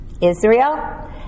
Israel